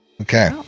Okay